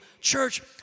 Church